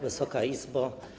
Wysoka Izbo!